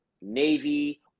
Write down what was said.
navy